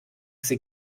sie